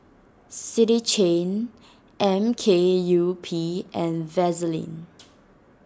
City Chain M K U P and Vaseline